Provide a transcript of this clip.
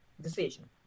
decision